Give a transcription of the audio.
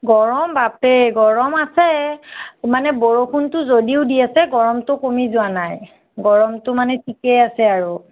গৰম বাপৰে গৰম আছে মানে বৰষুণটো যদিও দি আছে গৰমটো কমি যোৱা নাই গৰমটো ঠিকেই আছে আৰু